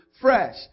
fresh